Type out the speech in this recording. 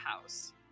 house